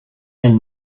elle